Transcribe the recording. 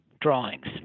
drawings